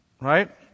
Right